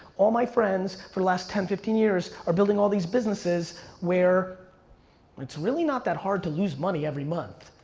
all my friends for the last ten fifteen years are building all these businesses where it's really not that hard to lose money every month,